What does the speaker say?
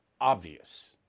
obvious